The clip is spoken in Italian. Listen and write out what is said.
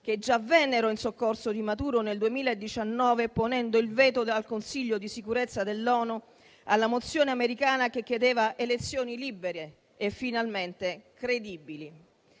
che già vennero in soccorso di Maduro nel 2019, ponendo il veto al Consiglio di sicurezza dell'ONU alla mozione americana che chiedeva elezioni libere e finalmente credibili?